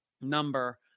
number